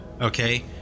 okay